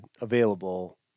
available